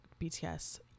BTS